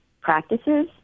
practices